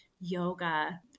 yoga